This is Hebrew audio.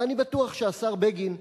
ואני בטוח שהשר בגין,